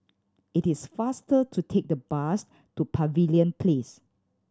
it is faster to take the bus to Pavilion Place